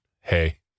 hey